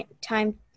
time